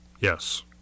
yes